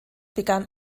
begann